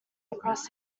across